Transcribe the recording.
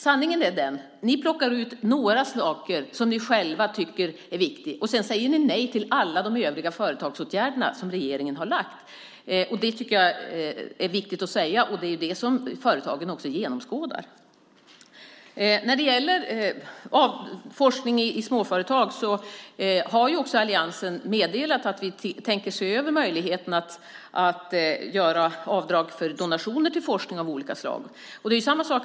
Sanningen är att ni plockar ut några saker som ni själva tycker är viktiga. Sedan säger ni nej till alla de övriga företagsåtgärderna som regeringen har lagt fram. Det är viktigt att säga, och det genomskådar företagen. När det gäller forskning i småföretag har alliansen meddelat att vi tänker se över möjligheten att göra avdrag för donationer till forskning av olika slag.